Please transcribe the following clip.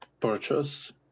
purchase